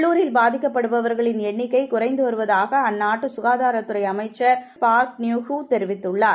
உள்ளுரில் பாதிக்கப்படுபவர்களின் எண்ணிக்கை குறைந்து வருவதாக அந்நாட்டு சுகாதாரத் துறை அமைச்சர் பார்க் ந்பூங்க்ஹூ தெரிவித்துள்ளார்